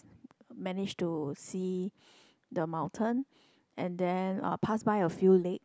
manage to see the mountain and then uh pass by a few lake